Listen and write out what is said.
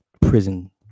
prison